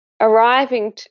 arriving